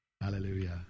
Hallelujah